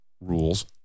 rules